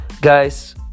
guys